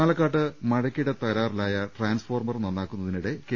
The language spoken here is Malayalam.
പാലക്കാട്ട് മഴക്കിടെ തകരാറിലായ ട്രാൻസ്ഫോർമർ നന്നാ ക്കുന്നതിനിടെ കെ